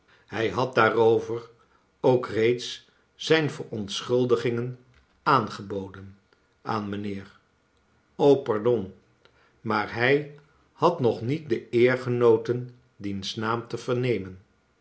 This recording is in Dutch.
hij had daarover ook reeds zijn verontschuldigingen aangeboden aan mijnheer o pardon maar hij had nog niet de eer genoten diens naam te vernemen